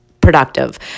productive